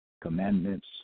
commandments